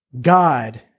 God